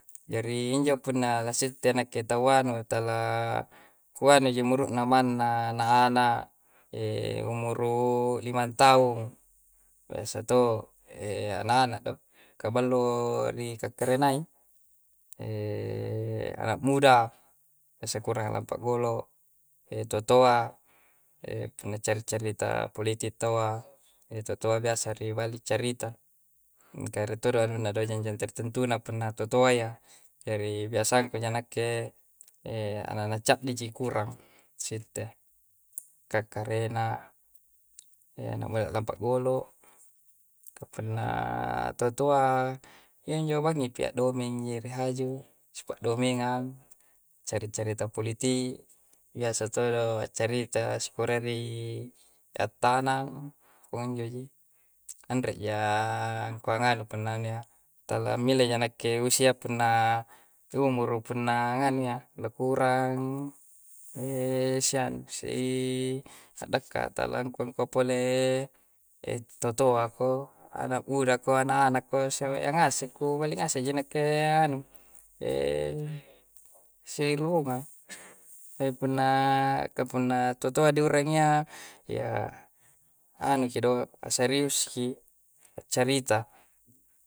Jari injo punna na sitte nakke taua, nu tala kuani ji umuru'na, manna ana'-ana', umuru limang taung, biasa to', e ana'-ana' do. Ka balla ri kakkarenai. anak muda, biasa kuurang a'lampa golo', e tutoa, e punna cari-carita politi' taua. E tutoa biasa ri bali ccarita. Ka rie' ttodo anunna do, jang-jang tertentu na punna tutoa yya. Jari biasangku ja nakke e ana'-ana' caddi ji kuurang sitte kakkarena. Ana' muda lampai golo', punna tutoa, iyaminjo bangngi pi, addomengi ji ri haju. Sippaddomengngang, cari-carita politi', biasa todo' accarita sikurayya ri attanang, pakunjo ji. Anre'ja angkua nganu punna, talammile ja nakke usia punna, umuru punna nganu iyya, naku urang sianu, siii addakka talangkua pole e tutoako, anak mudako, ana'-ana'kko, iyyangase' kubali ngase' ji nakke anu, sirurungang. E punna, ka punna tutoa diuarang iyya, yaa anu ki do, a serius ki accarita.